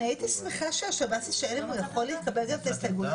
באופן עקרוני אנחנו יכולים לספק את הנתון הזה,